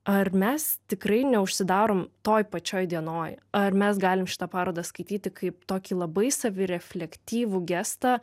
ar mes tikrai neužsidarom toj pačioj dienoj ar mes galim šitą parodą skaityti kaip tokį labai savireflektyvų gestą